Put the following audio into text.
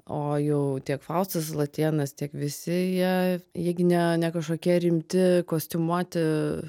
o jau tiek faustas latėnas tiek visi jie jie gi ne ne kažkokie rimti kostiumuoti